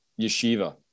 Yeshiva